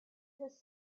his